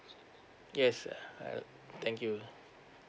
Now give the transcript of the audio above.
yes uh thank you